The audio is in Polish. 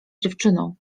dziewczyną